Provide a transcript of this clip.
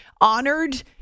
honored